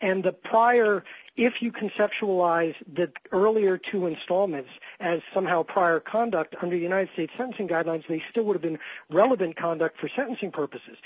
and the prior if you conceptualize the earlier two installments as somehow prior conduct under united states sense and guidelines they still would've been relevant conduct for sentencing purposes